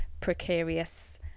precarious